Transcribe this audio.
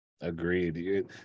Agreed